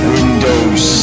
Windows